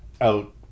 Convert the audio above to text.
out